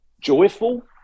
joyful